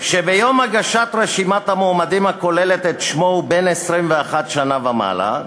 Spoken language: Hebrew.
שביום הגשת רשימת המועמדים הכוללת את שמו הוא בן 21 שנה ומעלה,